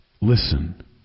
Listen